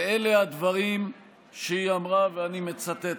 ואלה הדברים שהיא אמרה, ואני מצטט: